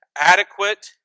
adequate